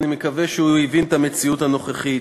אני מקווה שהוא הבין את המציאות הנוכחית.